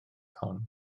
hon